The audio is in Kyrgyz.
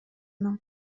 анан